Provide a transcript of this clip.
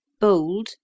Bold